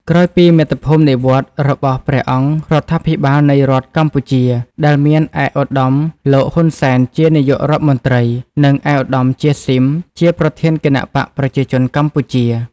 ក្រោយពីមាតុភូមិ និវត្តន៍របស់ព្រះអង្គរដ្ឋាភិបាលនៃរដ្ឋកម្ពុជា ដែលមានឯកឧត្តមលោក ហ៊ុន សែន ជានាយករដ្ឋ មន្រ្តី និង ឯកឧត្តម ជា ស៊ីម ជាប្រធានគណបក្សប្រជាជនកម្ពុជា។